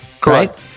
Correct